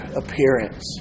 appearance